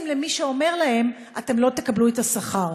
למי שאומר להם: אתם לא תקבלו את השכר.